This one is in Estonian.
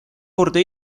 korda